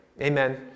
Amen